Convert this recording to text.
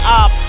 up